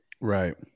right